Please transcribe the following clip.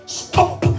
stop